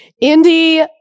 indy